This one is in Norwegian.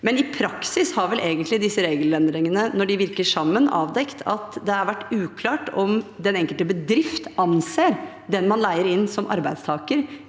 Men i praksis har vel disse regelendringene, når de virker sammen, avdekket at det har vært uklart om den enkelte bedrift anser den man leier inn, som en arbeidstaker